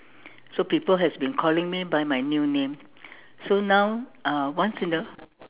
so people has been calling me by my new name so now uh once in a